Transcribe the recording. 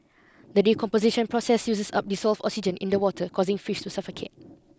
the decomposition process uses up dissolved oxygen in the water causing fish to suffocate